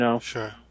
Sure